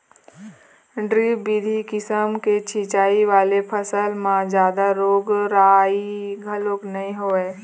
drip बिधि किसम के सिंचई वाले फसल म जादा रोग राई घलोक नइ होवय